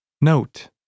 Note